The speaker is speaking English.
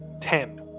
Ten